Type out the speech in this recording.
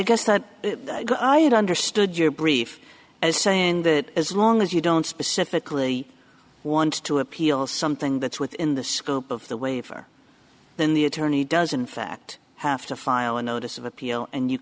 guess that i had understood your brief as saying that as long as you don't specifically want to appeal something that's within the scope of the waiver then the attorney does in fact have to file a notice of appeal and you